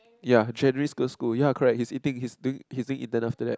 ya January school ya correct he's eating he's doing he's doing intern after that